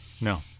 no